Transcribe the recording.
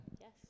Yes